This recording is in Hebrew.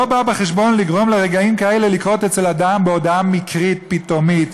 לא בא בחשבון לגרום לרגעים כאלה לקרות אצל אדם בהודעה מקרית פתאומית